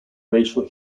racial